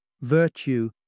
virtue